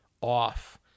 off